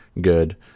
good